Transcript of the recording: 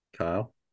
Kyle